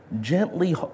gently